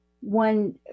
one